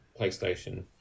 PlayStation